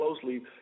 closely